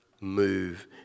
move